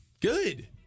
Good